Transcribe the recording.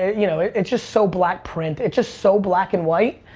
you know it's just so black print. it's just so black and white.